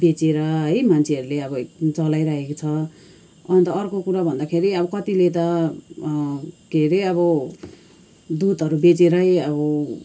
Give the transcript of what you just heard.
बेचेर है मान्छेहरूले अब एकदम चलाइरहेको छ अन्त अर्को कुरा भन्दाखेरि अब कतिले त के अरे अब दुधहरू बेचेरै अब